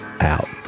out